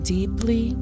deeply